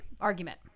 argument